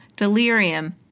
delirium